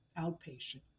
outpatient